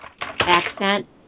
accent